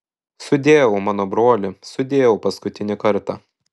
sudieu mano broli sudieu paskutinį kartą